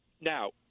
Now